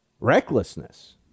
recklessness